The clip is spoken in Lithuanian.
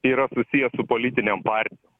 yra susiję su politinėm partijom